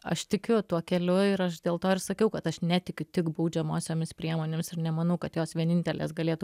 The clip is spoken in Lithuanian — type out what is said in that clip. aš tikiu tuo keliu ir aš dėl to ir sakiau kad aš netikiu tik baudžiamosiomis priemonėmis ir nemanau kad jos vienintelės galėtų